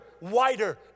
wider